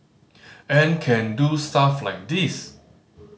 and can do stuff like this